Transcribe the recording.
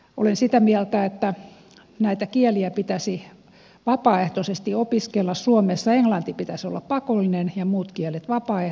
olen sitä mieltä että näitä kieliä pitäisi vapaaehtoisesti opiskella suomessa englannin pitäisi olla pakollinen ja muiden kielten vapaaehtoisia